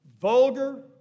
vulgar